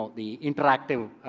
the interactive